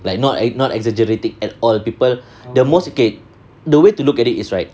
like not not exaggerated at all people the most okay the way to look at it is right